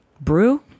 Brew